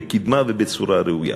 בקידמה ובצורה ראויה.